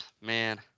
man